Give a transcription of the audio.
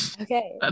Okay